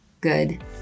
good